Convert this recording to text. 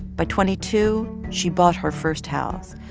by twenty two, she bought her first house,